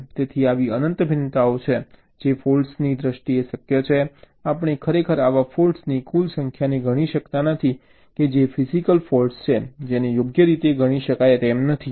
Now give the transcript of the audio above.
તેથી આવી અનંત ભિન્નતાઓ છે જે ફૉલ્ટ્સની દ્રષ્ટિએ શક્ય છે આપણે ખરેખર આવા ફૉલ્ટોની કુલ સંખ્યાને ગણી શકતા નથી કે જે ફિજીકલ ફૉલ્ટ્સ છે તેને યોગ્ય રીતે ગણી શકતા નથી